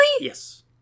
Yes